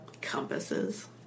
Compasses